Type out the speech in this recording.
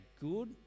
good